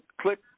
click